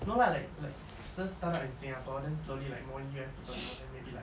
no lah like like just start up in singapore then slowly like more U_S people know then maybe like